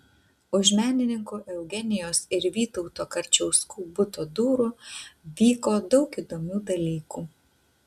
už menininkų eugenijos ir vytauto karčiauskų buto durų vyko daug įdomių dalykų